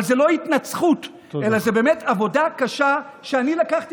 אבל זו לא התנצחות אלא זה באמת עבודה קשה שאני לקחתי